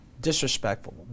disrespectful